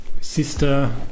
sister